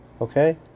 Okay